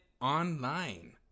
online